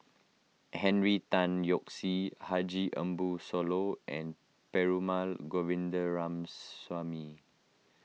Henry Tan Yoke See Haji Ambo Sooloh and Perumal